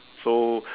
so